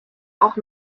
auch